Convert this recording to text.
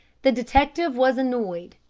the detective was annoyed.